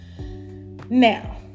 Now